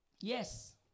Yes